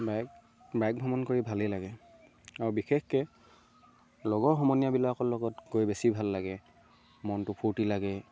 bike bike ভ্ৰমণ কৰি ভালেই লাগে আৰু বিশেষকৈ লগৰ সমনীয়া বিলাকৰ লগত গৈ বেছি ভাল লাগে মনটো ফূৰ্তি লাগে